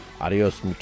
Adios